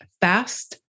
fast